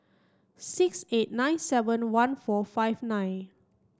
six eight nine seven one four five nine